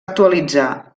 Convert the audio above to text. actualitzar